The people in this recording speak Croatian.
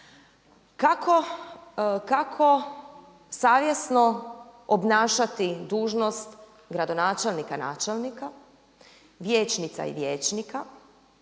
kako savjesno obnašati dužnost gradonačelnika ili načelnika, vijećnica i vijećnika